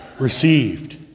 received